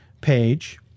page